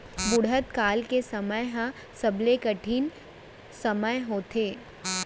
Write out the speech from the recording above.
बुढ़त काल के समे ह सबले कठिन समे होथे